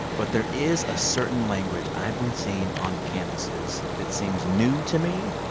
but there is a certain language i've been seen on campuses that seems new to me.